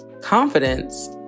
confidence